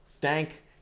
Thank